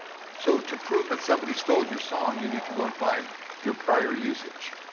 so, to prove that somebody stole your song, you need to go and find your prior usage.